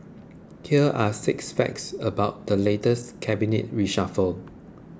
here are six facts about the latest Cabinet reshuffle